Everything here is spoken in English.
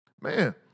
man